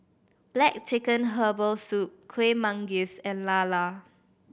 Black Chicken Herbal Soup Kueh Manggis and lala